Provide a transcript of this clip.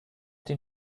den